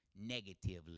negatively